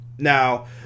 Now